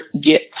get